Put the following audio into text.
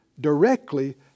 directly